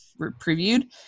previewed